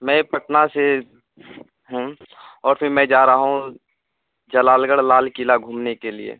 میں پٹنہ سے ہوں اور پھر میں جا رہا ہوں جلال گڑھ لال قلعہ گھومنے کے لیے